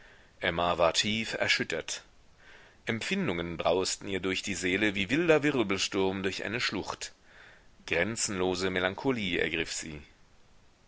emma war tieferschüttert empfindungen brausten ihr durch die seele wie wilder wirbelsturm durch eine schlucht grenzenlose melancholie ergriff sie